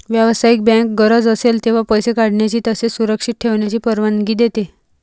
व्यावसायिक बँक गरज असेल तेव्हा पैसे काढण्याची तसेच सुरक्षित ठेवण्याची परवानगी देते